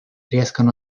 riescono